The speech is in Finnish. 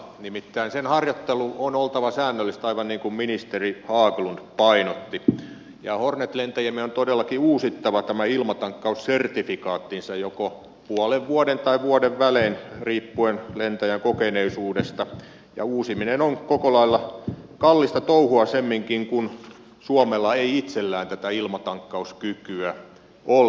nimittäin sen harjoittelun on oltava säännöllistä aivan niin kuin ministeri haglund painotti ja hornet lentäjiemme on todellakin uusittava tämä ilmatankkaussertifikaattinsa joko puolen vuoden tai vuoden välein riippuen lentäjän kokeneisuudesta ja uusiminen on koko lailla kallista touhua semminkin kun suomella ei itsellään tätä ilmatankkauskykyä ole